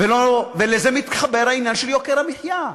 ולזה מתחבר העניין של יוקר המחיה.